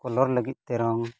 colour ᱞᱟᱹᱜᱤᱫᱼᱛᱮ ᱨᱚᱝ